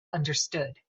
understood